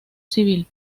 civil